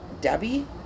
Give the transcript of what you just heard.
debbie